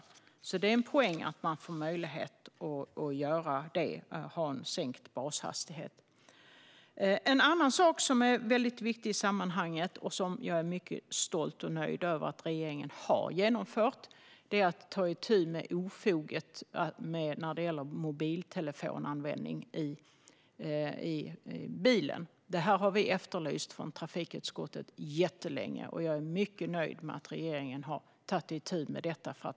Det är alltså en poäng att man får möjlighet att ha en sänkt bashastighet. En annan sak som är viktig i sammanhanget och som jag är mycket stolt och nöjd över att regeringen har genomfört är att man tar itu med ofoget med mobiltelefonanvändning i bilen. Det har vi från trafikutskottet efterlyst jättelänge, och jag är mycket nöjd med att regeringen har tagit itu med detta.